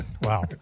Wow